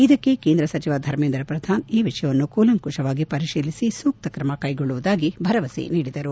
ಇದಕ್ಕೆ ಕೇಂದ್ರ ಸಚಿವ ಧರ್ಮೇಂದ್ರ ಪ್ರಧಾನ್ ಈ ವಿಷಯವನ್ನು ಕೂಲಂಕಷವಾಗಿ ಪರಿಶೀಲಿಸಿ ಸೂಕ್ತ ಕ್ರಮ ಕೈಗೊಳ್ಳುವುದಾಗಿ ಭರವಸೆ ನೀಡಿದರು